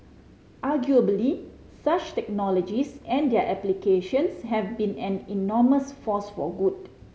arguably such technologies and their applications have been an enormous force for good